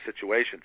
situations